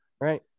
Right